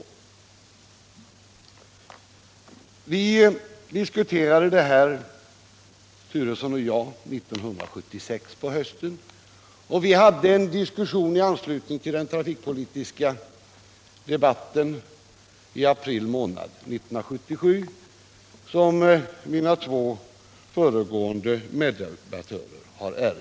Vi hade som sagt en diskussion, herr Turesson och jag, på hösten 1976, och vi hade sedan en diskussion i anslutning till den trafikpolitiska debatten i april månad 1977, som mina två föregående meddebattörer erinrat om.